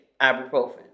ibuprofen